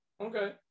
Okay